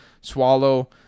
swallow